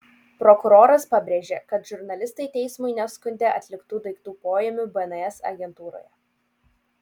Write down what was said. prokuroras pabrėžė kad žurnalistai teismui neskundė atliktų daiktų poėmių bns agentūroje